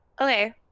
Okay